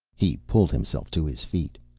he pulled himself to his feet.